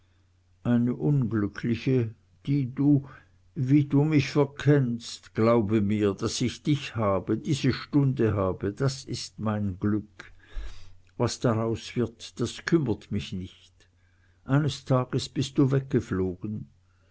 eine unglückliche die du wie du mich verkennst glaube mir daß ich dich habe diese stunde habe das ist mein glück was daraus wird das kümmert mich nicht eines tages bist du weggeflogen